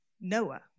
Noah